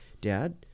Dad